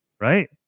right